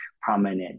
prominent